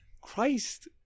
Christ